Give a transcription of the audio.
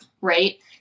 right